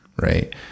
right